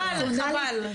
חבל.